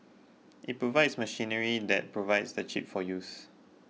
it provides machinery that provides the chip for use